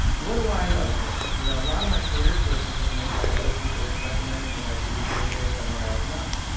what do i like doing? you know, a lot of my career choices were made by other people recommending what i should be doing based on what i had done.